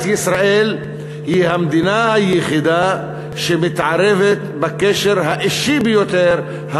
ישראל היא המדינה היחידה שמתערבת בקשר האישי ביותר,